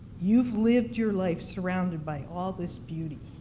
you've lived your life surrounded by all this beauty.